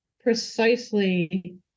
precisely